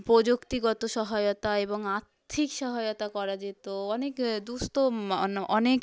প্রযুক্তিগত সহায়তা এবং আর্থিক সহায়তা করা যেত অনেক দুঃস্থ অনেক